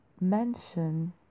mention